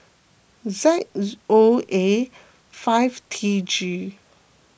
Z O A five T G